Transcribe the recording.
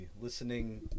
listening